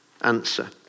answer